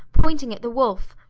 pointing at the wolf,